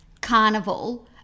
carnival